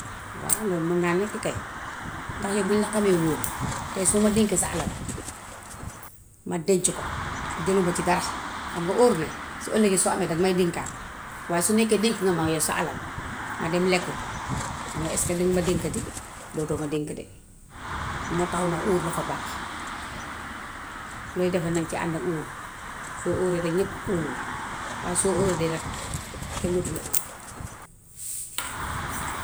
Waaw lool man naa nekk kay ndax yaw buñ la xamee óolu. tay boo ma dénkee sa alal, ma denc ko jëluma ci dara. Xam nga óor na. Su ëllëgee soo amee daŋ may dénkaat. Waaye su nekkee dénk nga ma yaw sa alal, ma dem lekk ko man la iska diŋ ma dénkati. Dootoo ma dénk de. Moo tax man la óor dafa baax. Looy defe naŋ ca ànd ak óor. Soo óoree de ñépp óolu la waaye soo óoradee kenn dootu la óolu.